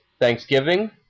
Thanksgiving